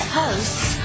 hosts